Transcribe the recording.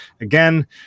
Again